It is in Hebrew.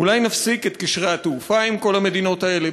אולי נפסיק את קשרי התעופה עם כל המדינות האלה?